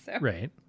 Right